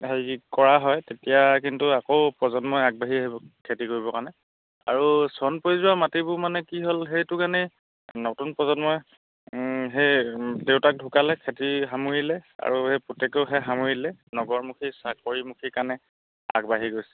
হেৰি কৰা হয় তেতিয়া কিন্তু আকৌ প্ৰজন্মই আগবাঢ়ি আহিব খেতি কৰিবৰ কাৰণে আৰু চন পৰি যোৱা মাটিবোৰ মানে কি হ'ল সেইটো কাৰণে নতুন প্ৰজন্মই সেই দেউতাক ঢুকালে খেতি সামৰিলে আৰু সেই পুতেকেও সেই সামৰিলে নগৰমুখী চাকৰিমুখী কাৰণে আগবাঢ়ি গৈছে